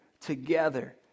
together